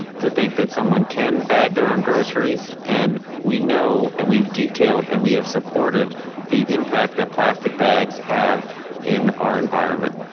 think that someone can bag their own groceries. and we know, and we've detailed and we have supported the impact that plastic bags have in our environment.